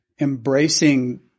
embracing